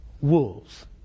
wolves